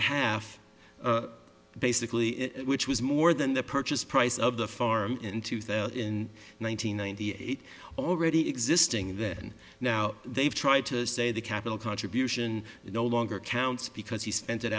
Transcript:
a half basically which was more than the purchase price of the farm in two thousand in one nine hundred ninety eight already existing then now they've tried to say the capital contribution no longer counts because he sent it